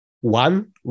One